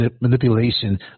manipulation